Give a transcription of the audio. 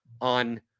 on